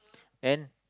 and